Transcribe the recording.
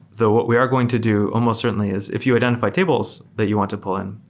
though what we are going to do almost certainly is if you identify tables that you want to pull in,